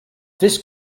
this